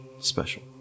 special